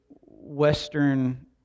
Western